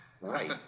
right